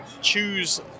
choose